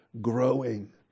Growing